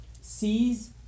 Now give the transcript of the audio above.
sees